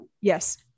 Yes